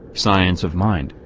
science of mind,